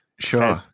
Sure